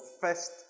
first